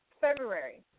February